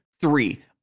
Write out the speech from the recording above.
three